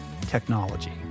technology